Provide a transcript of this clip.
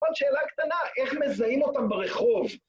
עוד שאלה קטנה, איך מזהים אותם ברחוב?